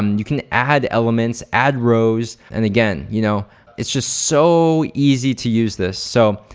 you can add elements, add rows and again, you know it's just so easy to use this. so,